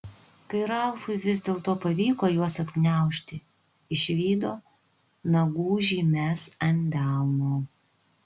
kai ralfui vis dėlto pavyko juos atgniaužti išvydo nagų žymes ant delno